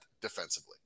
defensively